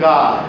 God